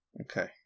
Okay